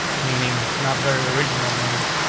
meaning not very original names,